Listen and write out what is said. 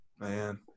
man